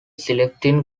selecting